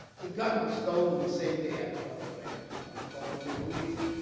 the gun was stolen the same day i bought it, but i didn't bother calling the police.